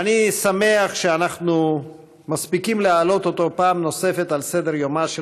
הצעות לסדר-היום מס'